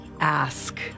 ask